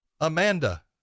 Amanda